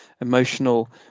emotional